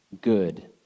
good